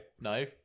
No